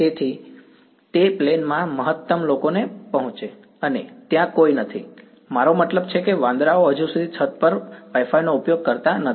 તેથી તે પ્લેન માં મહત્તમ લોકોને પહોચે છે અને ત્યાં કોઈ નથી મારો મતલબ છે કે વાંદરાઓ હજુ સુધી છત પર Wi Fi નો ઉપયોગ કરતા નથી